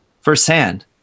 firsthand